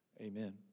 amen